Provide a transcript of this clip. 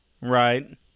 Right